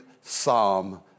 psalm